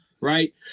Right